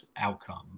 outcome